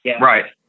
Right